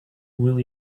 will